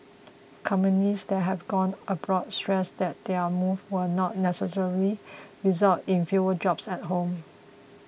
companies that have gone abroad stressed that their move will not necessarily result in fewer jobs at home